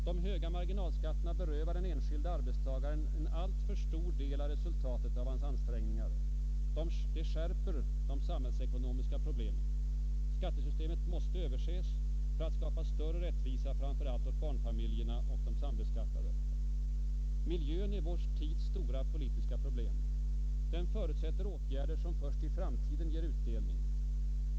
De höga marginalskatterna berövar den enskilde arbetstagaren en alltför stor del av resultatet av hans ansträngningar. Det skärper de samhällsekonomiska problemen. Skattesystemet måste överses för att skapa större rättvisa framför allt åt barnfamiljerna och de sambeskattade. 6. Miljön är vår tids stora politiska problem. Den förutsätter åtgärder som först i framtiden ger utdelning.